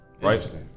Right